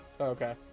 Okay